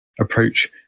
Approach